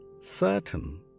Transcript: certain